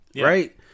Right